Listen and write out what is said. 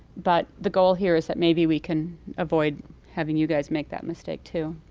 but the goal here is that maybe we can avoid having you guys make that mistake, too.